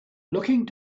looking